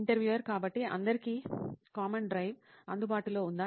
interviewer కాబట్టి అందరికీ common drive అందుబాటులో ఉందా